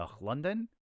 London